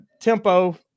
tempo